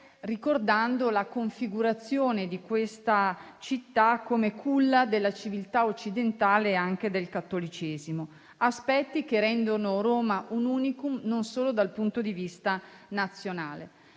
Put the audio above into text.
ricordando la configurazione di questa città come culla della civiltà occidentale e anche del cattolicesimo. Si tratta di aspetti che rendono Roma un *unicum* non solo dal punto di vista nazionale.